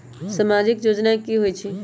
समाजिक योजना की होई छई?